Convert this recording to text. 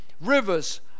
Rivers